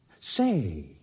Say